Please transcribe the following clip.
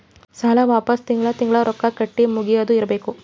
ಸಾಲ ವಾಪಸ್ ತಿಂಗಳಾ ತಿಂಗಳಾ ರೊಕ್ಕಾ ಕಟ್ಟಿ ಮುಗಿಯದ ಇರ್ಬೇಕು